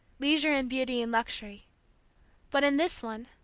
leisure and beauty and luxury but in this one,